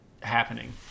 happening